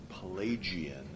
Pelagian